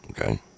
okay